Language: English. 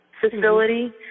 facility